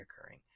occurring